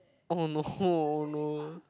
oh no no